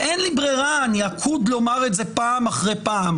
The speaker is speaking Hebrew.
ואין לי ברירה, אני אומר זאת פעם אחרי פעם